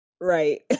right